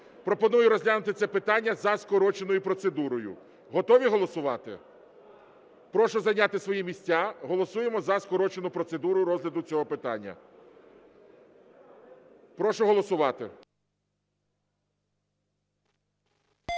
Пропоную розглянути це питання за скороченою процедурою. Готові голосувати? Прошу зайняти свої місця, голосуємо за скорочену процедуру розгляду цього питання. Прошу голосувати.